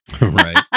Right